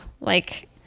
like-